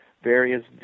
various